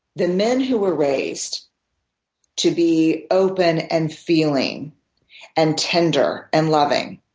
the men who were raised to be open and feeling and tender and loving